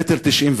1.91,